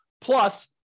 plus